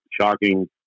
shocking